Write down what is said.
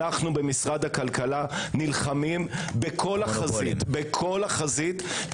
אנחנו במשרד הכלכלה נלחמים בכל החזית כדי